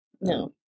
No